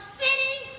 city